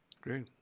Great